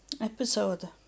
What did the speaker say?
episode